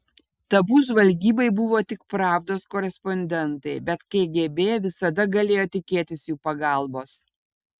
tabu žvalgybai buvo tik pravdos korespondentai bet kgb visada galėjo tikėtis jų pagalbos